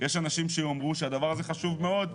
יש אנשים שיאמרו שהדבר הזה חשוב מאוד.